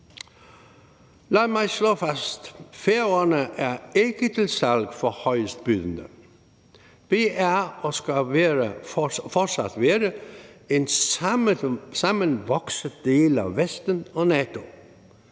Lad mig slå fast: Færøerne er ikke til salg for højestbydende. Vi er og skal fortsat være en sammenvokset del af Vesten og NATO.